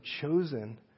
chosen